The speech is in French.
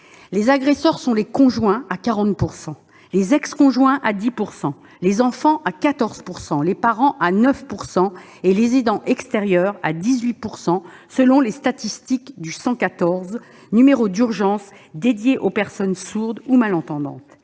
Les agresseurs sont les conjoints à 40 %, les ex-conjoints à 10 %, les enfants à 14 %, les parents à 9 % et les aidants extérieurs à 18 % selon les statistiques du 114, numéro d'urgence dédié aux personnes sourdes ou malentendantes.